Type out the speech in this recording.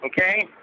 okay